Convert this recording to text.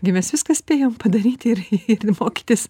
gi mes viską spėjom padaryti ir ir mokytis